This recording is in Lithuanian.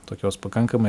tokios pakankamai